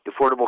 Affordable